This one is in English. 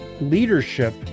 leadership